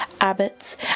abbots